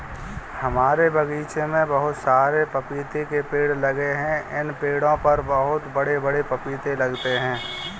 हमारे बगीचे में बहुत सारे पपीते के पेड़ लगे हैं इन पेड़ों पर बहुत बड़े बड़े पपीते लगते हैं